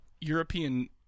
European